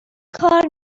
کار